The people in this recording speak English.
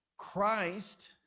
Christ